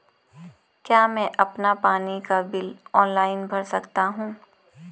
क्या मैं अपना पानी का बिल ऑनलाइन भर सकता हूँ?